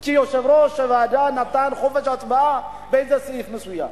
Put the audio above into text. כי יושב-ראש הוועדה נתן חופש הצבעה בסעיף מסוים.